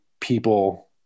people